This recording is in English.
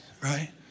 right